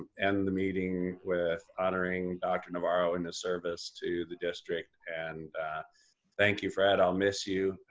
end the meeting with honoring dr. navarro in the service to the district. and thank you, fred, i'll miss you.